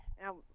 Now